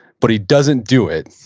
but he doesn't do it,